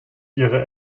ihre